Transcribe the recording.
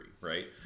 right